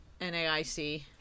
NAIC